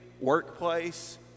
workplace